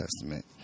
Testament